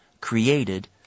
created